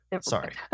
sorry